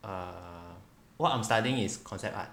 err what I'm studying is concept art